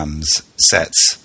sets